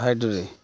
ہائڈوے